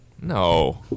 No